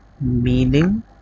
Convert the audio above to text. meaning